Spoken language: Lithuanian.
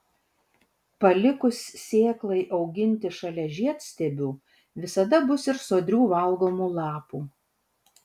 palikus sėklai auginti šalia žiedstiebių visada bus ir sodrių valgomų lapų